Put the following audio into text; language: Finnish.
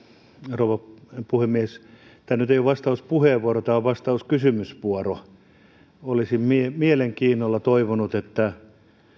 rouva puhemies tämä nyt ei ole vastauspuheenvuoro tämä on vastauskysymysvuoro olisin mielenkiinnolla toivonut että